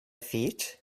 feet